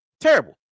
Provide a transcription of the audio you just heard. Terrible